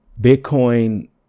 bitcoin